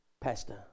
Pasta